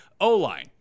O-line